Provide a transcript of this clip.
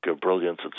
brilliance